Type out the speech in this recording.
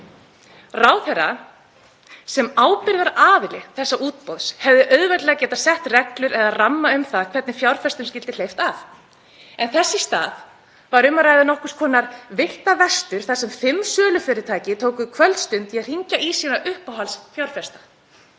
Ráðherra sem ábyrgðaraðili þessa útboðs hefði auðveldlega getað sett reglur eða ramma um það hvernig fjárfestum skyldi hleypt að en þess í stað var um að ræða nokkurs konar villta vestur þar sem fimm sölufyrirtæki tóku kvöldstund í að hringja í sína uppáhaldsfjárfesta.